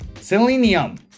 selenium